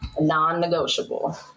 non-negotiable